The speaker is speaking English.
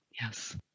Yes